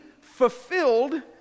fulfilled